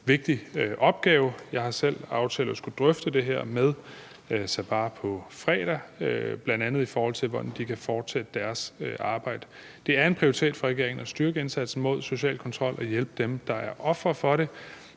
vigtig opgave. Jeg har selv aftalt at skulle drøfte det her med Sabaah på fredag, bl.a. i forhold til hvordan de kan fortsætte deres arbejde. Det er en prioritering fra regeringen at styrke indsatsen mod social kontrol og hjælpe dem, der er ofre for det,